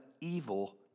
evil